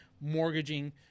mortgaging